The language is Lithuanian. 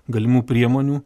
galimų priemonių